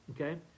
Okay